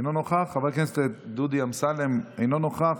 אינו נוכח, חבר הכנסת דודי אמסלם, אינו נוכח,